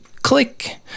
Click